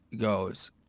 goes